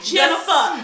Jennifer